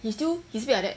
he still he speak like that